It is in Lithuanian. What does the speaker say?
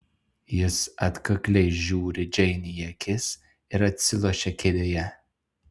jis atkakliai žiūri džeinei į akis ir atsilošia kėdėje